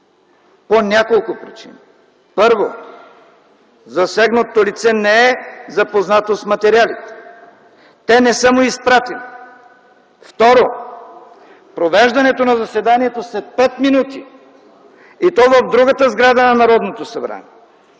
по няколко причини. Първо, засегнатото лице не е запознато с материалите. Те не са му изпратени. Второ, провеждането на заседанието след 5 минути и то в другата сграда на Народното събрание